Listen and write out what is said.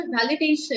validation